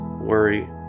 worry